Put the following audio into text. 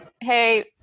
Hey